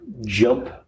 jump